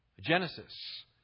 Genesis